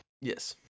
Yes